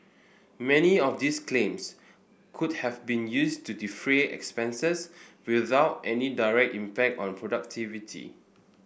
many of these claims could have been used to defray expenses without any direct impact on productivity